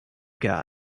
got